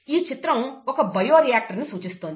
ఈ చిత్రం ఒక బయో రియాక్టర్ను సూచిస్తోంది